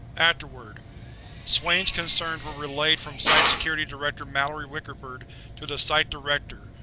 afterword swain's concerns were relayed from site security director mallory wickerford to the site director,